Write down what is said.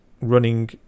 running